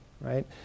right